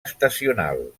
estacional